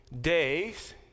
days